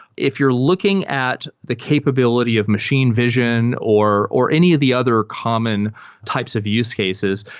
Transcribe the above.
if you're looking at the capability of machine vision or or any of the other common types of use cases,